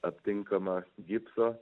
aptinkama gipso